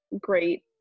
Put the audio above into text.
great